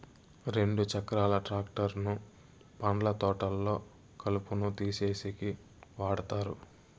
రెండు చక్రాల ట్రాక్టర్ ను పండ్ల తోటల్లో కలుపును తీసేసేకి వాడతారు